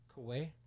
Kuwait